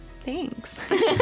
Thanks